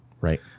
right